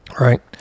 Right